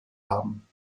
haben